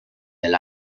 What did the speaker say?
del